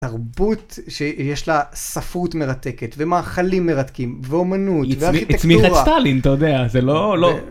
תרבות שיש לה ספרות מרתקת, ומאכלים מרתקים, ואומנות, וארכיטקטורה. היא הצמיחה את סטלין, אתה יודע, זה לא...